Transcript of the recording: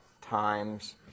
times